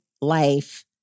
life